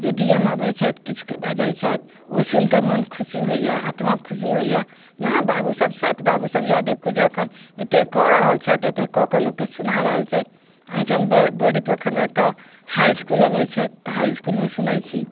जे D M अबैत छथि किछु बजैत छथि ओ सुनि कऽ मन खुशी होइए आत्मा खुशी होइया जे हँ बाबू सभ छथि बाबू सभ इएह देखू जे अखन एतेक कऽ रहल छथि एतेक कऽ कऽ लोककेँ सुना रहल छथि एहिठाम ब बड़ी पोखरिमे एकटा हाइ इसकूल अबैत छथि तऽ हाइ इसकूलमे सुनैत छी